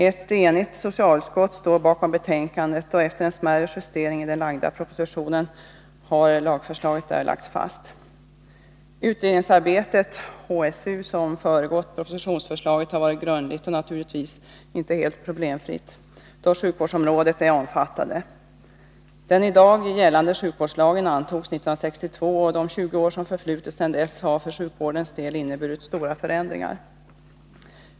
Ett enigt socialutskott står bakom betänkandet, och efter en smärre justering av propositionen har lagförslaget lagts fast. Utredningsarbetet i HSU som föregått propositionsförslaget har varit grundligt och naturligtvis inte helt problemfritt, då sjukvårdsområdet är omfattande. Den i dag gällande sjukvårdslagen antogs 1962, och de 20 år som förflutit sedan dess har för sjukvårdens del inneburit stora förändringar.